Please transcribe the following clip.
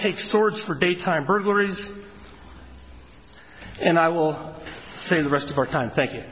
take swords for daytime burglaries and i will say the rest of our time thank you